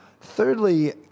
Thirdly